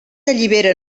allibera